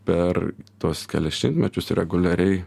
per tuos kelis šimtmečius reguliariai